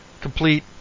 complete